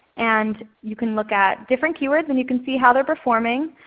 and you can look at different keywords and you can see how they are performing.